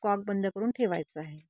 cock बंद करून ठेवायचं आहे